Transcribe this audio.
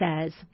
says